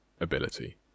ability